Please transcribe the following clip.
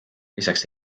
lisaks